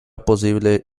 posible